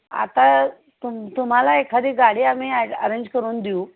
आता तुम तुम्हाला एखादी गाडी आम्ही अरेंज करून देऊ